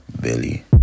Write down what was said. Billy